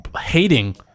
hating